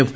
F